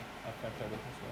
I collected it as well